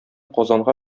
казанга